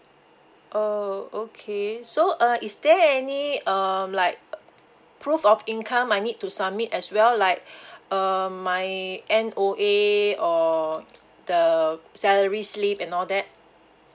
oh okay so uh is there any um like proof of income I need to submit as well like uh my N_O_A or the salary slip and all that